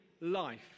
life